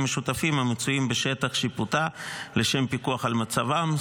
המשותפים המצויים בשטח שיפוטה לשם פיקוח על מצבם,